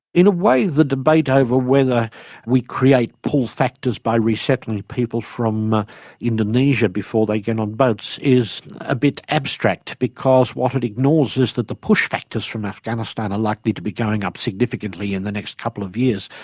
in a way the debate over whether we create pull factors by resettling people from ah indonesia before they get on boats is a bit abstract, because what it ignores is that the push factors from afghanistan are likely to be going up significantly in the next couple of years,